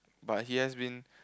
but he has been